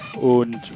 Und